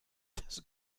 das